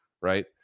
Right